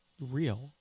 real